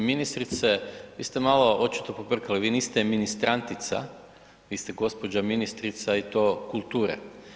Gospođo ministrice, vi ste malo očito pobrkali, vi niste ministrantica, vi ste gospođa ministrica i to kulture.